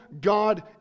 God